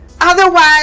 Otherwise